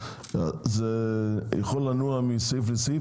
זה יכול לנוע פה מסעיף לסעיף?